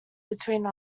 between